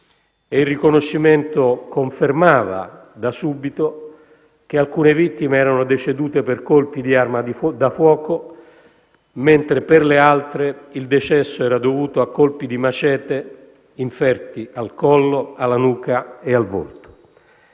Il riconoscimento confermava subito che alcune vittime erano decedute per colpi di arma da fuoco, mentre per le altre il decesso era dovuto a colpi di macete inferti al collo, alla nuca e al volto.